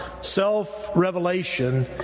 self-revelation